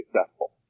successful